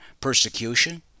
persecution